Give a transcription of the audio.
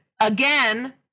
again